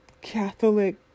Catholic